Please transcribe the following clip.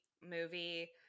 movie